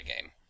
game